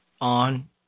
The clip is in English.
on